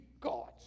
gods